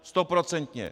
Stoprocentně.